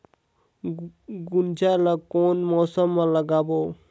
गुनजा ला कोन मौसम मा लगाबो?